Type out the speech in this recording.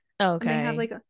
okay